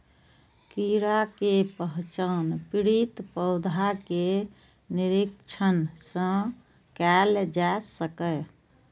कीड़ा के पहचान पीड़ित पौधा के निरीक्षण सं कैल जा सकैए